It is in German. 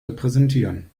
repräsentieren